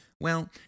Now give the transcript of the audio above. Well